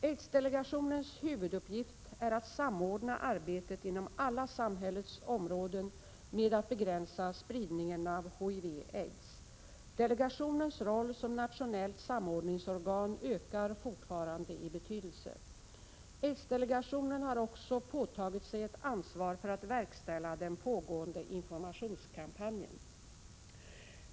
Aidsdelegationens huvuduppgift är att samordna arbetet inom alla samhällets områden med att begränsa spridningen av HIV/aids. Delegationens roll som nationellt samordningsorgan ökar fortfarande i betydelse. Aidsdelegationen har också påtagit sig ett ansvar för att verkställa den pågående informationskampanjen.